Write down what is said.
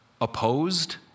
opposed